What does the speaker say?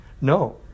No